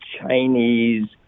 Chinese